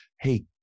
hey